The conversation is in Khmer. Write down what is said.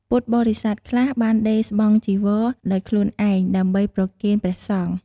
ពុទ្ធបរិស័ទខ្លះបានដេរស្បង់ចីវរដោយខ្លួនឯងដើម្បីប្រគេនព្រះសង្ឃ។